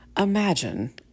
Imagine